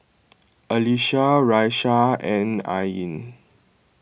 Alyssa Raisya and Ain